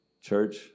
Church